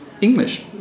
English